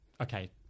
Okay